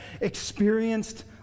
experienced